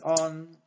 on